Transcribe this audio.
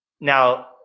Now